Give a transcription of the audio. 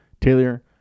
Taylor